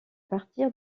partir